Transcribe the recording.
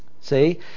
See